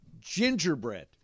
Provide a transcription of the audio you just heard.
Gingerbread